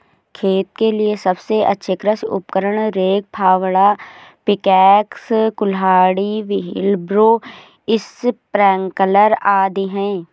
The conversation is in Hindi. खेत के लिए सबसे अच्छे कृषि उपकरण, रेक, फावड़ा, पिकैक्स, कुल्हाड़ी, व्हीलब्रो, स्प्रिंकलर आदि है